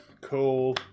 Cool